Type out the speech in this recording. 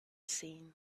seen